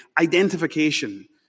identification